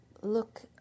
Look